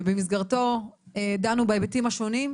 ובמסגרתו דנו בהיבטים השונים,